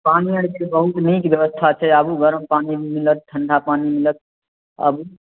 पानी उनीके बहुत नीक व्यवस्था छै आबू गरम पानी मिलत ठंडा पानी मिलत आबू